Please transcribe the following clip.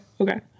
okay